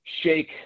shake